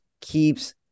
keeps